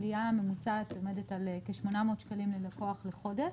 עלייה ממוצעת עומדת על כ-800 שקלים ללקוח לחודש.